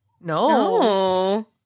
No